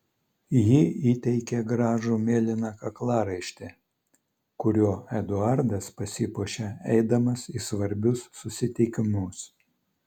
ji įteikė gražų mėlyną kaklaraištį kuriuo eduardas pasipuošia eidamas į svarbius susitikimus